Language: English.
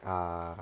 ah